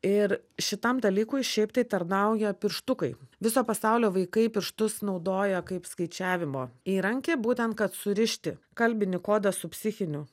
ir šitam dalykui šiaip tai tarnauja pirštukai viso pasaulio vaikai pirštus naudoja kaip skaičiavimo įrankį būtent kad surišti kalbinį kodą su psichiniu